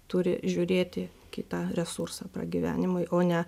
turi žiūrėti kitą resursą pragyvenimui o ne